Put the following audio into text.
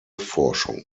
forschung